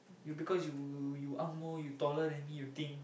you because you you you ang-moh you taller than me you think